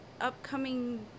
upcoming